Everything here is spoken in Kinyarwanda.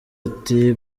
ati